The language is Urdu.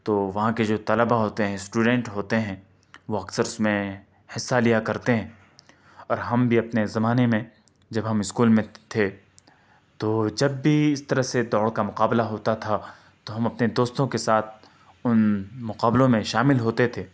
تو وہاں کے جو طلباء ہوتے ہیں اسٹوڈینٹ ہوتے ہیں وہ اکثر اس میں حصہ لیا کرتے ہیں اور ہم بھی اپنے زمانے میں جب ہم اسکول میں تھے تو جب بھی اس طرح سے دوڑ کا مقابلہ ہوتا تھا تو ہم اپنے دوستوں کے ساتھ ان مقابلوں میں شامل ہوتے تھے